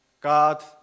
God